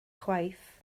chwaith